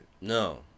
no